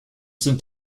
sind